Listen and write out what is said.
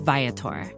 Viator